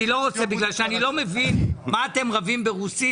אני לא רוצה בגלל שאני לא מבין מה אתם רבים ברוסית,